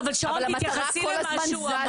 לא, אבל שרון, תתייחסי למה שהוא אמר.